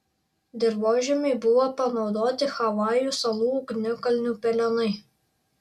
dirvožemiui buvo panaudoti havajų salų ugnikalnių pelenai